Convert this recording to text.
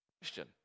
question